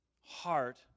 heart